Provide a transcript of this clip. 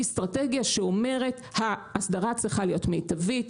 היא אסטרטגיה שאומרת שהאסדרה צריכה להיות מיטבית,